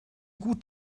gut